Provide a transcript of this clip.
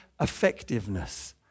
effectiveness